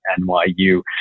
NYU